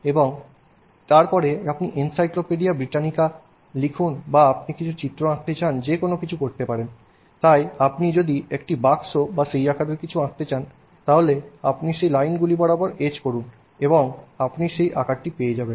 এবং তারপরে আপনি এনসাইক্লোপিডিয়া ব্রিটানিকা লিখুন বা আপনি কিছু চিত্র আঁকতে চান যে কোনও কিছু করতে পারেন তাই আপনি যদি একটি বাক্স বা সেই আকারের কিছু আঁকতে চান তাহলে আপনি সেই লাইনগুলি বরাবর এচ করুন এবং আপনি সেই আকারটি পেয়ে যাবেন